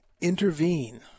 intervene